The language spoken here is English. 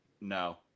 No